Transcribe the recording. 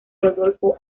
rodolfo